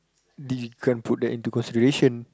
they can put that into consideration